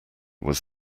was